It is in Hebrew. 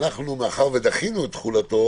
מאחר שדחינו את תחולתו